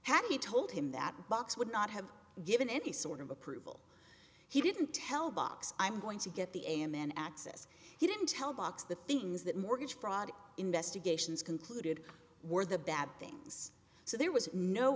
had he told him that box would not have given any sort of approval he didn't tell box i'm going to get the am in access he didn't tell box the things that mortgage fraud investigations concluded were the bad things so there was no